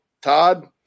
Todd